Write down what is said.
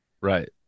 Right